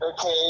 Okay